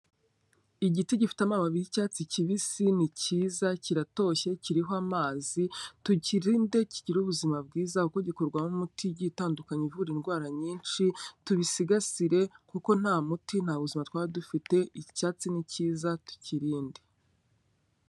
Igiti gifite amababi y'icyatsi kibisi, ni cyiza, kiratoshye, kiriho amazi; tukirinde kigire ubuzima bwiza, kuko gikorwamo imiti igiye itandukanye ivura indwara nyinshi; tubisigasire kuko nta muti nta buzima twaba dufite, iki cyatsi ni cyiza tukirinde.